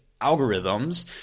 algorithms